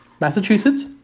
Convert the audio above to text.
Massachusetts